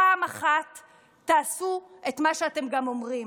פעם אחת גם תעשו את מה שאתם אומרים.